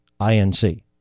INC